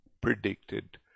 predicted